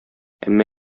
әмма